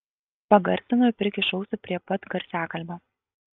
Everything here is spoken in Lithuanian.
pagarsinu ir prikišu ausį prie pat garsiakalbio